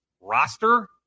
roster